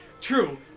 true